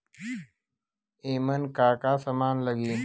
ईमन का का समान लगी?